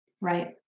Right